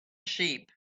sheep